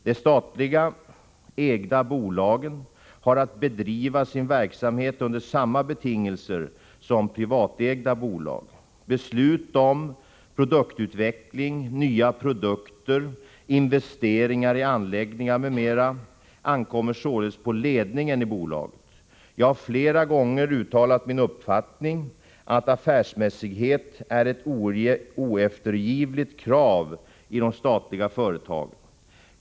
De statligt ägda bolagen har att bedriva sin verksamhet under samma betingelser som privatägda bolag. Beslut om produktutveckling, nya produkter, investeringar i anläggningar, m.m. ankommer således på ledningen i bolagen. Jag har flera gånger uttalat min uppfattning att affärsmässighet är ett oeftergivligt krav i de statliga företagen.